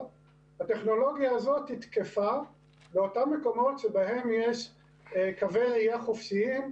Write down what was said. הטכנולוגיה הזו היא תקפה באותם מקומות שבהם יש קווי ראייה חופשיים,